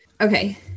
Okay